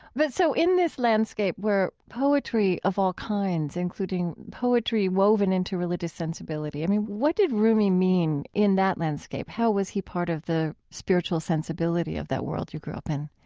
but so in this landscape where poetry of all kinds, including poetry woven into religious sensibility, i mean, what did rumi mean in that landscape? how was he part of the spiritual sensibility of that world you grew up in?